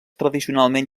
tradicionalment